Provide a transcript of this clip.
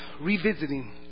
Revisiting